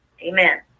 Amen